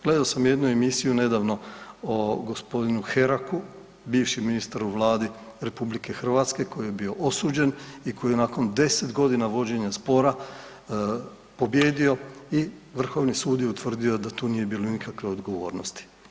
Gledao sam jednu emisiju nedavno o gospodinu Heraku, bivši ministar u Vladi RH koji je bio osuđen i koji je nakon deset godina vođenja spora pobijedio i Vrhovni sud je tu utvrdio da tu nije bilo nikakve odgovornosti.